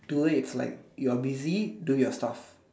to her it's like you're busy do your stuff